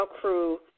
crew